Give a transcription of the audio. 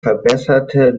verbesserte